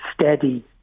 steady